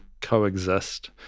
coexist